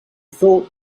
thought